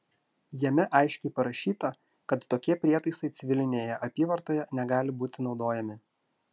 jame aiškiai parašyta kad tokie prietaisai civilinėje apyvartoje negali būti naudojami